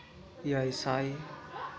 ᱮᱭᱟᱭ ᱥᱟᱭ